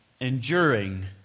enduring